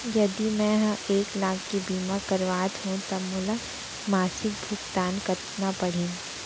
यदि मैं ह एक लाख के बीमा करवात हो त मोला मासिक भुगतान कतना पड़ही?